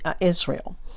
Israel